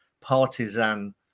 partisan